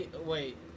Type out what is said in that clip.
wait